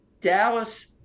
Dallas –